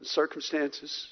circumstances